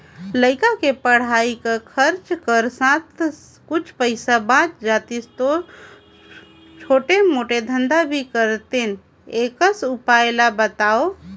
लइका के पढ़ाई कर खरचा कर साथ कुछ पईसा बाच जातिस तो छोटे मोटे धंधा भी करते एकस उपाय ला बताव?